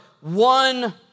one